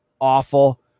awful